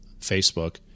Facebook